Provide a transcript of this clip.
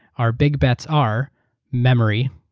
our big bets are memory.